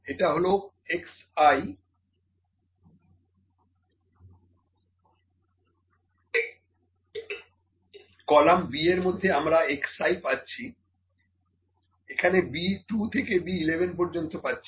এটা হলো xi column B এর মধ্যে আমরা xi পাচ্ছি এখানে B2 থেকে B11 পর্য্যন্ত পাচ্ছি